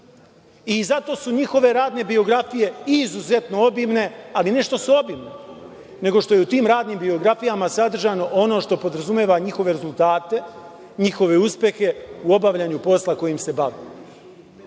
i zato su njihove radne biografije izuzetno obimne, ali ne što su obimne, nego što je u tim radnim biografijama sadržano ono što podrazumeva njihove rezultate, njihove uspehe u obavljanju posla kojim se bave,